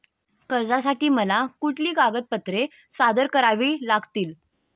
कर्जासाठी मला कुठली कागदपत्रे सादर करावी लागतील?